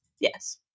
Yes